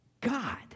God